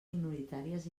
minoritàries